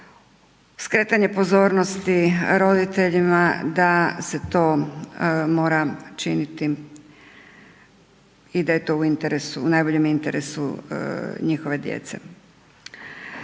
skretanje pozornosti roditeljima da se to mora činiti i da je to u najboljem interesu njihove djece.